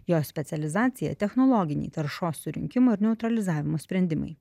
jos specializacija technologiniai taršos surinkimo ir neutralizavimo sprendimai